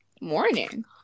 Morning